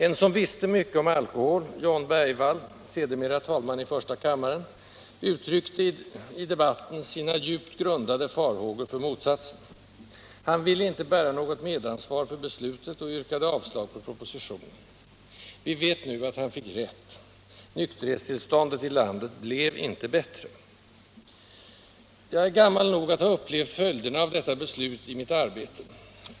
En som visste mycket om alkohol, John Bergvall, sedermera talman i första kammaren, uttryckte i debatten sina djupt grundade farhågor för motsatsen. Han ville inte bära något medansvar för beslutet och yrkade avslag på propositionen. Vi vet nu att han fick rätt. Nykterhetstillståndet i landet blev inte bättre. Jag är gammal nog att ha upplevt följderna av detta beslut i mitt arbete.